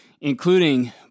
including